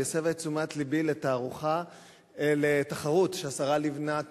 והיא הסבה את תשומת לבי לתחרות שהשרה לבנת